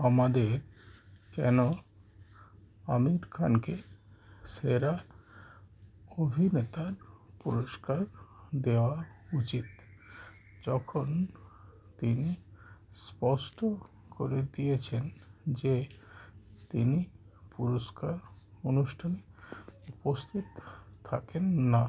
আমাদের কেন আমির খানকে সেরা অভিনেতার পুরস্কার দেওয়া উচিত যখন তিনি স্পষ্ট করে দিয়েছেন যে তিনি পুরস্কার অনুষ্ঠান উপস্থিত থাকেন না